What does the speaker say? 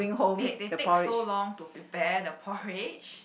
they they so long to prepare the porridge